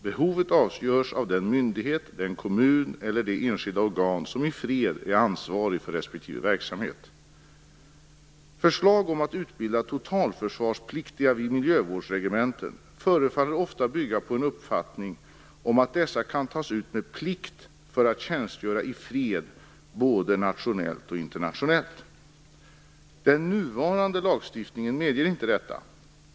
Behovet avgörs av den myndighet, den kommun eller det enskilda organ som i fred är ansvarig för respektive verksamhet. Förslag om att utbilda totalförsvarspliktiga vid miljövårdsregementen förefaller ofta bygga på en uppfattning om att dessa kan tas ut med plikt för att tjänstgöra i fred både nationellt och internationellt. Den nuvarande lagstiftningen medger inte detta.